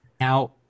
Now